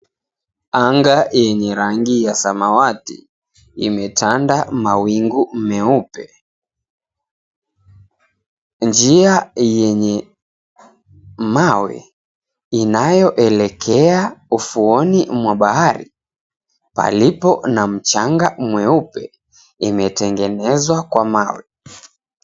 Anga yenye rangi ya samawati imetanda mawingu meupe. Njia yenye mawe inayoelekea ufuoni mwa bahari palipo na mchanga mweupe imetengenezwa kwa mawe.